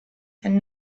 and